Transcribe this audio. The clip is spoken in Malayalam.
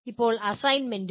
ഇപ്പോൾ അസൈൻമെന്റുകൾ